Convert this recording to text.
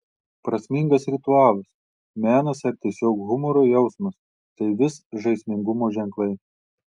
prasmingas ritualas menas ar tiesiog humoro jausmas tai vis žaismingumo ženklai